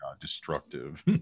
destructive